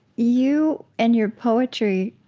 you and your poetry,